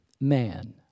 man